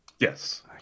Yes